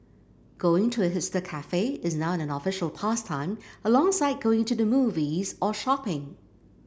going to a hipster cafe is now an official pastime alongside going to the movies or shopping